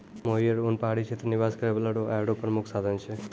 मोहियर उन पहाड़ी क्षेत्र निवास करै बाला रो आय रो प्रामुख साधन छै